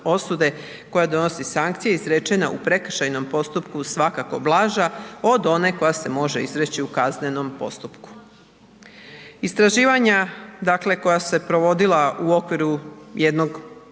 osude koja donosi sankcije izrečena u prekršajnom postupku svakako blaža od one koja se može izreći u kaznenom postupku. Istraživanja dakle, koja su se provodila u okviru jednog